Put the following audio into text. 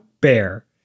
Bear